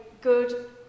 good